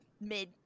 mid